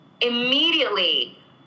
immediately